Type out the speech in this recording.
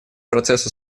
процессу